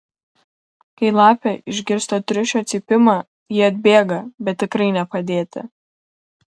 kai lapė išgirsta triušio cypimą ji atbėga bet tikrai ne padėti